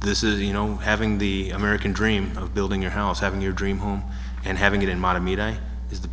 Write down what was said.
this is you know having the american dream of building your house having your dream home and having it in modern media is the